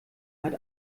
hat